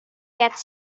gets